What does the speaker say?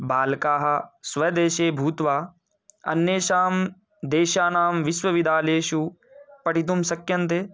बालकाः स्वदेशे भूत्वा अन्येषां देशानां विश्वविद्यालयेषु पठितुं शक्यन्ते